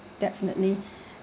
definitely